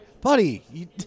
buddy